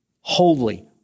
holy